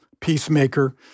peacemaker